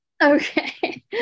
Okay